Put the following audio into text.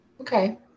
Okay